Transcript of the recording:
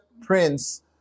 Prince